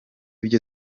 byo